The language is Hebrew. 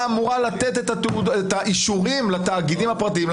אמורה לתת את האישורים לתאגידים הפרטיים.